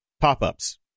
pop-ups